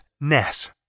Ness